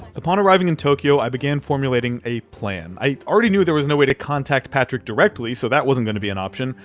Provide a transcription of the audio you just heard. upon arriving in tokyo, i began formulating a plan. i already knew that there was no way to contact patrick directly, so that wasn't gonna be an option,